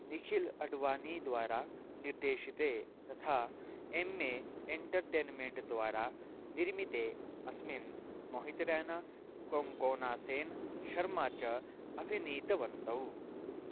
निखिल् अड्वानी द्वारा निर्देशिते तथा एम् ए एण्टर्टैन्मेण्ट् द्वारा निर्मिते अस्मिन् मोहितरेना कोङ्कोनासेन् शर्मा च अभिनीतवन्तौ